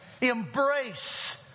embrace